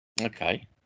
okay